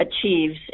achieves